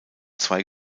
zwei